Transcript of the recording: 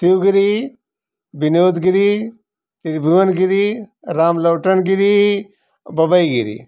Shiv Giri Vinod Giri Tribhuvan Giri Ram Lotan Giri Babai Giri